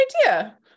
idea